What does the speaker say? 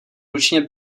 ručně